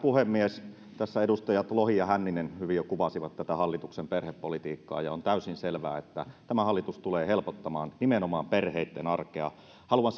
puhemies tässä edustajat lohi ja hänninen hyvin jo kuvasivat tätä hallituksen perhepolitiikkaa ja on täysin selvää että tämä hallitus tulee helpottamaan nimenomaan perheitten arkea haluan